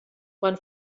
quan